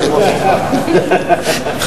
אדוני היושב-ראש.